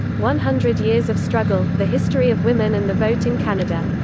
one hundred years of struggle the history of women and the vote in canada.